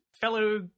fellow